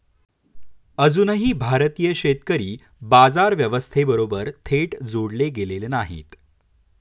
अजूनही भारतीय शेतकरी बाजार व्यवस्थेबरोबर थेट जोडले गेलेले नाहीत